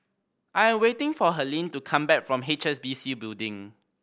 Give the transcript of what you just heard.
I am waiting for Helene to come back from H S B C Building